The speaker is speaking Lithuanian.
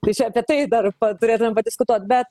tai čia apie tai dar turėtumėm padiskutuot bet